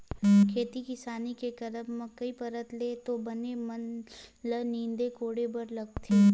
खेती किसानी के करब म कई परत ले तो बन मन ल नींदे कोड़े बर परथे